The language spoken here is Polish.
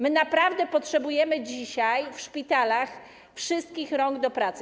My naprawdę potrzebujemy dzisiaj w szpitalach wszystkich rąk do pracy.